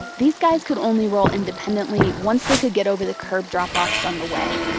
these guys could only roll independently once they could get over the curb drop-offs on the way.